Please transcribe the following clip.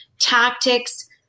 tactics